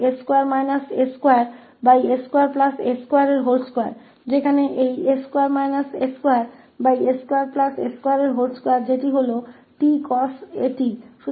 और फिर यहाँ s2 a2s2a22 जहां s2 a2s2a22 यानी 𝑡 cos 𝑎𝑡